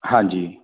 ਹਾਂਜੀ